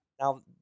now